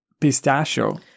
pistachio